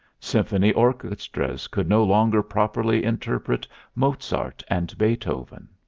symphony orchestras could no longer properly interpret mozart and beethoven.